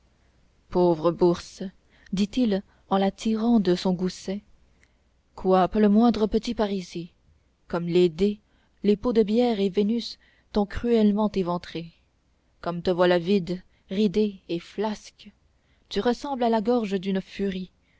pauvre bourse dit-il en la tirant de son gousset quoi pas le moindre petit parisis comme les dés les pots de bière et vénus t'ont cruellement éventrée comme te voilà vide ridée et flasque tu ressembles à la gorge d'une furie